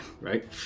right